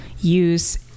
use